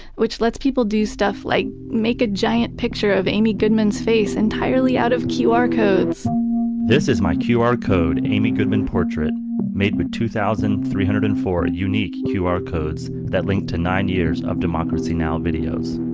which lets people do stuff like make a giant picture of amy goodman's face entirely out of qr codes this is my qr code amy goodman portrait made with two thousand three hundred and four unique qr codes that link to nine years of democracy now videos